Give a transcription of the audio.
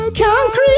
Concrete